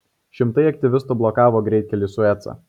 šimtai aktyvistų blokavo greitkelį į suecą